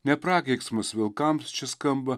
ne prakeiksmas vilkams čia skamba